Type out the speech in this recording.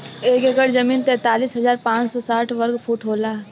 एक एकड़ जमीन तैंतालीस हजार पांच सौ साठ वर्ग फुट होला